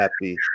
happy